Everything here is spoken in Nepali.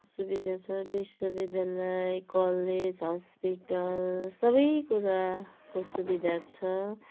सुविधा छ विश्वविद्यालय कलेज हस्पिटल सबै कुराको सुविधा छ